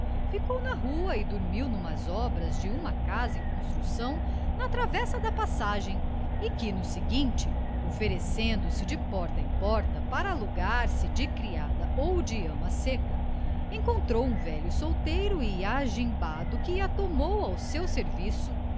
estalagem ficou na rua e dormiu numas obras de uma casa em construção na travessa da passagem e que no seguinte oferecendo se de porta em porta para alugar se de criada ou de ama-seca encontrou um velho solteiro e agimbado que a tomou ao seu serviço